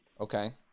Okay